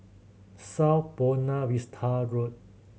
South Buona Vista Road